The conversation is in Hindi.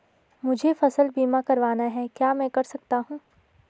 मुझे फसल बीमा करवाना है क्या मैं कर सकता हूँ?